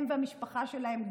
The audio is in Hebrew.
הם והמשפחה שלהם,